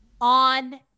on